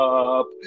up